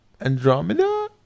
Andromeda